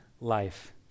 life